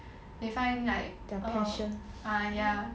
they find like ah ya